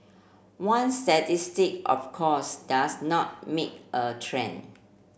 one statistic of course does not make a trend